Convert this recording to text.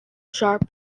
sharp